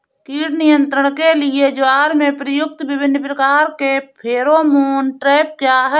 कीट नियंत्रण के लिए ज्वार में प्रयुक्त विभिन्न प्रकार के फेरोमोन ट्रैप क्या है?